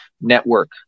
network